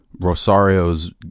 Rosario's